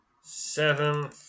Seven